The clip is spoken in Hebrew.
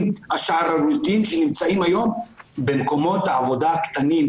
השערורייתיים שנמצאים היום במקומות העבודה הקטנים.